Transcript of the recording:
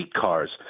cars